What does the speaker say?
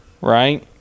right